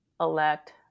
elect